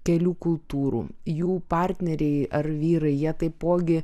kelių kultūrų jų partneriai ar vyrai jie taipogi